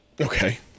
Okay